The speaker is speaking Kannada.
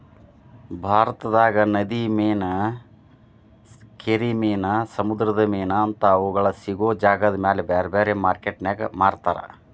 ಭಾರತದಾಗ ನದಿ ಮೇನಾ, ಕೆರಿ ಮೇನಾ, ಸಮುದ್ರದ ಮೇನಾ ಅಂತಾ ಅವುಗಳ ಸಿಗೋ ಜಾಗದಮೇಲೆ ಬ್ಯಾರ್ಬ್ಯಾರೇ ಮಾರ್ಕೆಟಿನ್ಯಾಗ ಮಾರ್ತಾರ